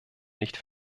nicht